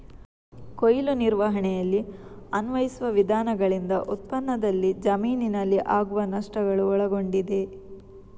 ಕೊಯ್ಲು ನಿರ್ವಹಣೆಯಲ್ಲಿ ಅನ್ವಯಿಸುವ ವಿಧಾನಗಳಿಂದ ಉತ್ಪನ್ನದಲ್ಲಿ ಜಮೀನಿನಲ್ಲಿ ಆಗುವ ನಷ್ಟಗಳು ಒಳಗೊಂಡಿದೆ